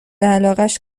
علاقش